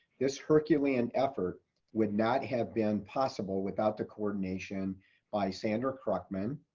this herculean effort would not have been possible without the coordination by sandra krogman,